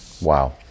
Wow